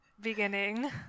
beginning